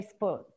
Facebook